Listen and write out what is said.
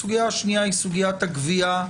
הסוגיה השנייה היא סוגיית הגבייה,